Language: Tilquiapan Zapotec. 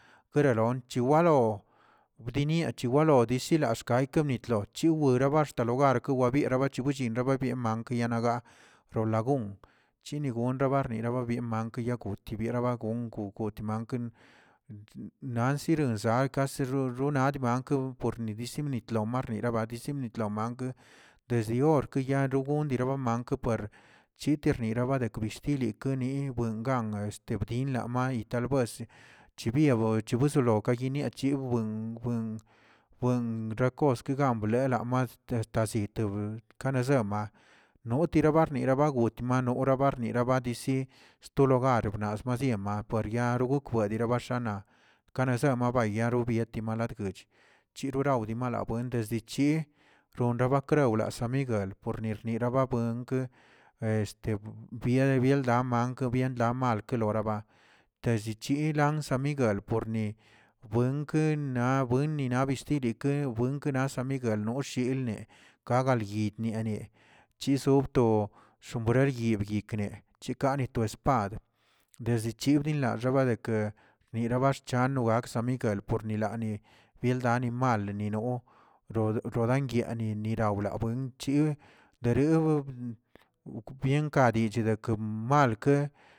Peroron chiwalo bdinieꞌ chiwalo disila xkayko tlo chiwirabax logar kebibiera wichiwill renebienmank yanaba pro lagun, yigonraba ribierbabem wkeyakoti berabagon gogotman nanzirozakꞌ sirronadiba ku que porsinid marnira basimnit lo mankə, desd yor kayar mondira mamankə chitirnira baderə chtili kuniꞌ gan este bdin may y talbuesi, chibialo chibisikayo niab chibwen wen- wen rakoskegambuen lamas este siti kanazenma, notira barniraba witnoma barnir nabadisi sto logar snas misi ma paryaa gokwe adirabashana kanazelo bayi robyeti malatgecth chiro raw dimalaa desdechi ronraba creo lasimiga por nirnira ba buenke este viere bieldama ke biendamalkeloraba, desde chilan san miguel buenki na bueni naꞌ bistirike buenke na san miguel noshilnee, ka galyidnie, chisob to xombrer yeb yike, chikane to sgaad, desde chibri labxadek nira ba rchano aksa miguel pornalanoi biendal nimali nino wro rorandiayinie wlabuen chi kerio bienkachi de ke malke.